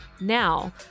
Now